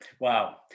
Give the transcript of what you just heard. Wow